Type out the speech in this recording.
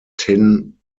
tin